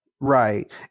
Right